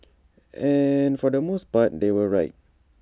and for the most part they were right